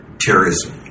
terrorism